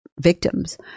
victims